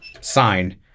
sign